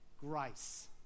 grace